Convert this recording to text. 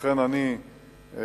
לכן, אני אתמוך